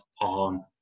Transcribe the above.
on